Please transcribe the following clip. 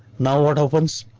now what happens?